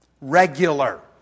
regular